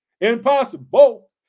Impossible